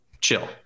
chill